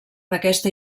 d’aquesta